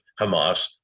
Hamas